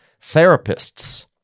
therapists